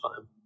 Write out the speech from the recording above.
time